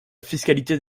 fiscalité